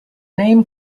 name